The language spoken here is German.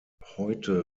heute